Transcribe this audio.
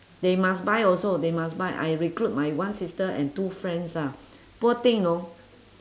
they must buy also they must buy I recruit my one sister and two friends lah poor thing you know